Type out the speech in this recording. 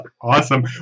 Awesome